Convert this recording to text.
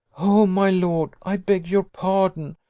oh, my lord! i beg your pardon,